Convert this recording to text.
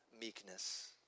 meekness